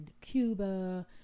Cuba